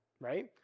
right